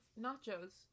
nachos